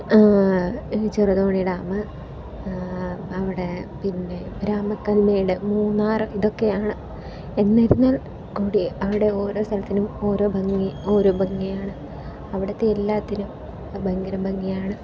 Cheruthoni dam അവിടെ പിന്നെ രാമക്കൽമേട് മൂന്നാർ ഇതൊക്കെയാണ് എന്നിരുന്നാൽ കൂടിയും അവിടെ ഓരോ സ്ഥലത്തിനും ഓരോ ഭംഗി ഓരോ ഭംഗിയാണ് അവിടുത്തെ എല്ലാത്തിനും ഭയങ്കര ഭംഗിയാണ്